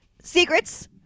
secrets